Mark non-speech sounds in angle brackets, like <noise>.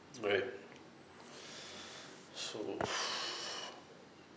right <breath> so